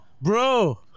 Bro